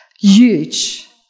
Huge